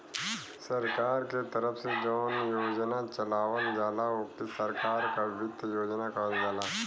सरकार के तरफ से जौन योजना चलावल जाला ओके सरकार क वित्त योजना कहल जाला